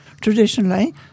traditionally